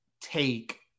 take